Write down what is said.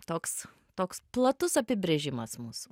toks toks platus apibrėžimas mūsų